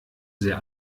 sehr